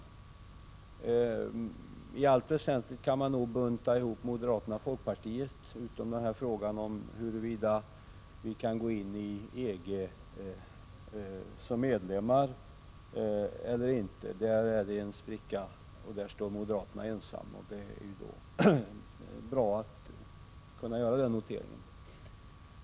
Men i allt väsentligt kan man nog bunta ihop moderaterna och folkpartiet, utom i den fråga som gäller huruvida vi kan gå in i EG som medlemmar eller inte. I det avseendet finns det en spricka. Moderaterna står ensamma, och det är bra att kunna göra den noteringen.